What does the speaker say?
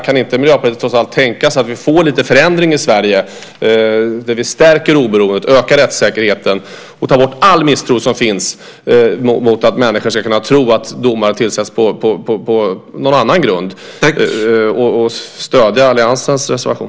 Kan inte Miljöpartiet tänka sig att vi får lite förändring i Sverige - vi stärker oberoendet, ökar rättssäkerheten och tar bort all misstro som finns så människor ska kunna tro att domare tillsätts på någon annan grund - och stödja alliansens reservation?